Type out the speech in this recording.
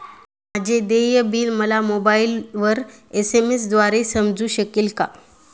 माझे देय बिल मला मोबाइलवर एस.एम.एस द्वारे समजू शकेल का?